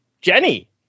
Jenny